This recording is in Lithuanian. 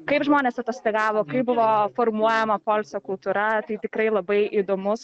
kaip žmonės atostogavo kaip buvo formuojama poilsio kultūra tai tikrai labai įdomus